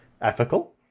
Ethical